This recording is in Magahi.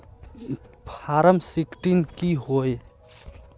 फारम सिक्सटीन की होय?